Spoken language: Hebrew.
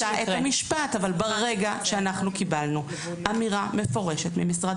ברגע שאנחנו קיבלנו אמירה מפורשת ממשרד